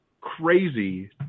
crazy